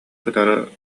кытары